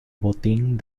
botín